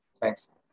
Thanks